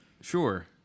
Sure